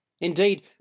Indeed